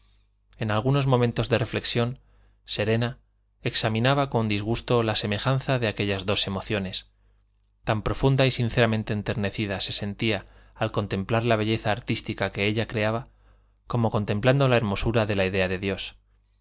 en algunos momentos de reflexión serena examinaba con disgusto la semejanza de aquellas dos emociones tan profunda y sinceramente enternecida se sentía al contemplar la belleza artística que ella creaba como contemplando la hermosura de la idea de dios